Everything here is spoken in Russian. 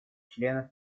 членов